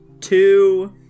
two